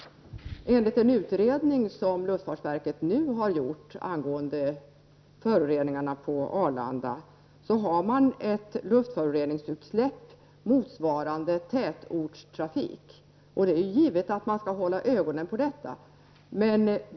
Enligt en utredning som luftfartsverket nu har gjort angående föroreningarna från Arlanda sker ett luftföroreningsutsläpp motsvarande tätortstrafik. Det är givet att man skall hålla ögonen på detta.